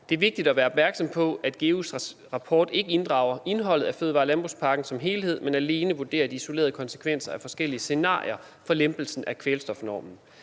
Det er vigtigt at være opmærksom på, at GEUS' rapport ikke inddrager indholdet af fødevare- og landbrugspakken som helhed, men alene vurderer de isolerede konsekvenser af forskellige scenarier for lempelsen af kvælstofnormen.